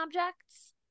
objects